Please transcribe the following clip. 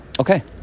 Okay